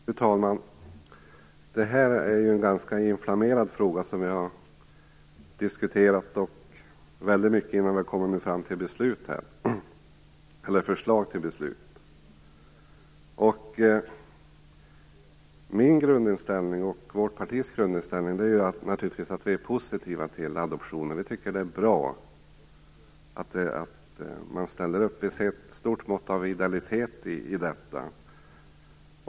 Fru talman! Detta är en ganska inflammerad fråga, som vi har diskuterat mycket innan vi kommit fram till ett förslag till beslut. Min och Vänsterpartiets grundinställning är naturligtvis positiv till adoptioner. Vi tycker att det är bra att man ställer upp. Vi ser ett stort mått av idealitet i detta.